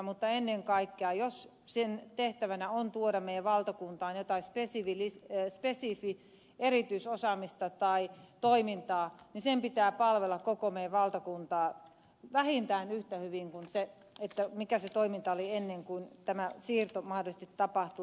mutta ennen kaikkea jos sen tehtävänä on tuoda meidän valtakuntaamme jotain spesifiä erityisosaamista tai toimintaa sen pitää palvella koko meidän valtakuntaamme vähintään yhtä hyvin kuin sen mikä se toiminta oli ennen kuin tämä siirto mahdollisesti tapahtui